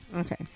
Okay